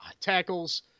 tackles